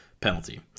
penalty